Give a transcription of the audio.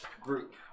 group